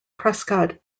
prescott